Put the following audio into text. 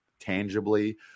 tangibly